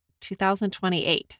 2028